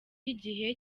igihe